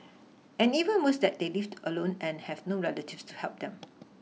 and even worse that they lived alone and have no relatives to help them